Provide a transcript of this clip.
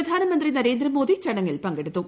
പ്രധാനമന്ത്രി നരേന്ദ്രമോദി ചടങ്ങിൽ പങ്കെടുത്തു